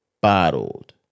bottled